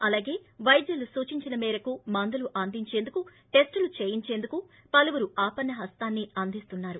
అలాగే వైద్యులు సూచించిన మేరకు మందులు అందించేందుకు టెస్టులు చేయించేందుకు పలువురు ఆపన్స హస్తం అందిస్తున్నారు